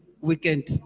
weekend